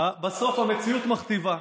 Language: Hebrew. בסוף המציאות מכתיבה.